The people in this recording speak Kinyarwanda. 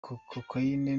cocaine